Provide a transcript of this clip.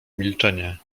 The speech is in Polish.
milczenie